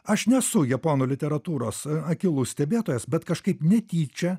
aš nesu japonų literatūros akylus stebėtojas bet kažkaip netyčia